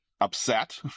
upset